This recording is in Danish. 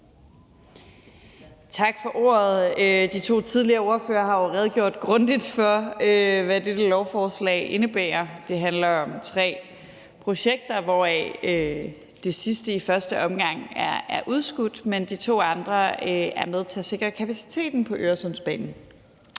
Tak for ordet. De to tidligere ordførere har jo redegjort grundigt for, hvad dette lovforslag indebærer. Det handler om tre projekter, hvoraf det sidste i første omgang er udskudt. De to andre er med til at sikre kapaciteten på Øresundsbanen